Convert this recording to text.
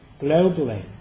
globally